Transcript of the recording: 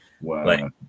Wow